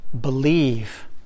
Believe